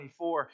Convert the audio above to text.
24